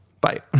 bye